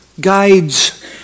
guides